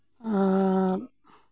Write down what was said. ᱟᱨ